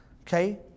Okay